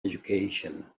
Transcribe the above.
education